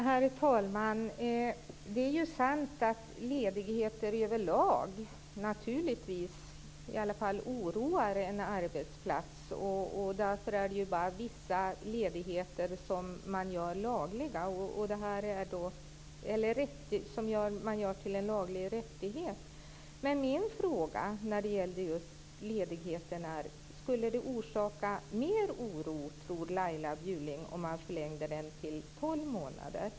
Herr talman! Det är sant att ledigheter över lag naturligtvis i alla fall oroar en arbetsplats. Därför är det bara vissa ledigheter som man gör till en laglig rättighet. Min fråga när det gäller ledigheten är: Skulle det orsaka mer oro, tror Laila Bjurling, om man förlängde den till 12 månader?